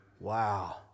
Wow